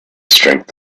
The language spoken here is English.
strength